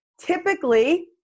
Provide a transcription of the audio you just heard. typically